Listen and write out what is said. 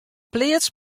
pleats